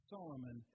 Solomon